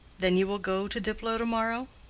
then you will go to diplow to-morrow?